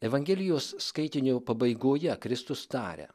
evangelijos skaitinio pabaigoje kristus taria